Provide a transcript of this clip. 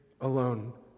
alone